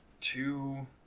two